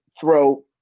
throw